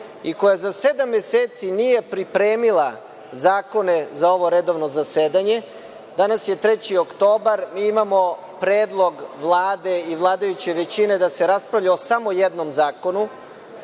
i koja za sedam meseci nije pripremila zakone za ovo redovno zasedanje. Danas je 3. oktobar, mi imamo predlog Vlade i vladajuće većine da se raspravlja o samo jednom zakonu,